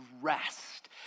rest